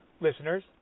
listeners